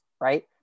right